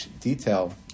detail